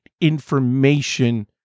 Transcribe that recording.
information